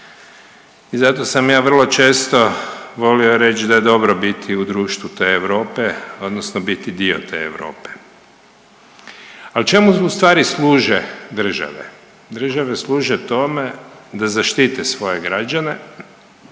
I zato sam ja vrlo često volio reć da je dobro bit u društvu te Europe odnosno biti dio te Europe. Ali čemu ustvari služe države? Države služe tome da zaštite svoje građane